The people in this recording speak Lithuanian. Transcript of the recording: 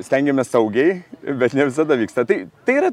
stengiamės saugiai bet ne visada vyksta tai yra